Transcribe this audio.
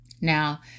Now